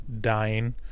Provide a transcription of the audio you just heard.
dying